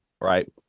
Right